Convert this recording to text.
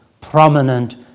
prominent